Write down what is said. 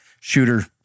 shooter